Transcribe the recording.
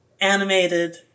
Animated